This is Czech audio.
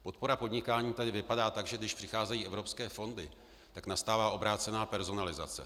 Podpora podnikání tady vypadá tak, že když přicházejí evropské fondy, tak nastává obrácená personalizace.